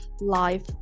life